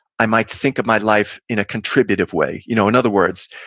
i might think of my life in a contributive way you know in other words,